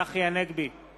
תאמין לי שניהלתי את זה